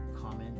comment